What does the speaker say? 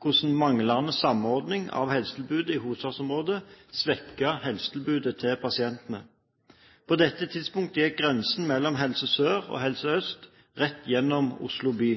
hvordan manglende samordning av helsetilbudet i hovedstadsområdet svekket helsetilbudet til pasientene. På dette tidspunkt gikk grensen mellom Helse Sør og Helse Øst rett gjennom Oslo by.